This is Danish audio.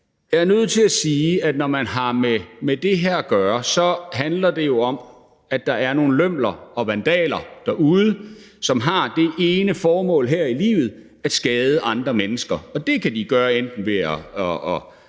Jeg er nødt til at sige, at når man har med det her at gøre, handler det jo om, at der er nogle lømler og vandaler derude, som har det ene formål her i livet at skade andre mennesker. Og det kan de gøre enten ved at